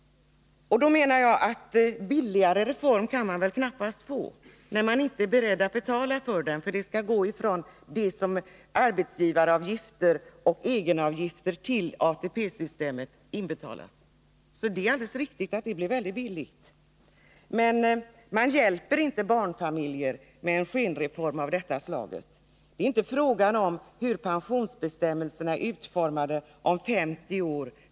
Jag menar att det knappast går att få en billigare reform. Man är ju inte beredd att betala för reformen, eftersom det hela bygger på arbetsgivaravgifter och egenavgifter till ATP-systemet. Det är alltså helt riktigt att det blir väldigt billigt. Men man hjälper inte barnfamiljer med en skenreform av detta slag. Det är inte fråga om hur pensionsbestämmelserna är utformade om 50 år.